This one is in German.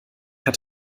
hat